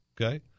okay